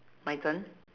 my turn